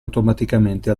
automaticamente